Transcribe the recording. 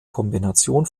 kombination